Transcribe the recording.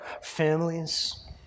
families